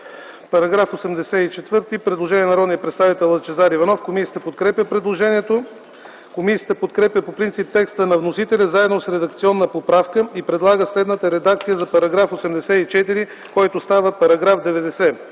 По § 84 има предложение от народния представител Лъчезар Иванов. Комисията подкрепя предложението. Комисията подкрепя по принцип текста на вносителя с редакционна поправка и предлага следната редакция за § 84, който става § 90: „§ 90.